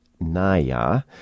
Naya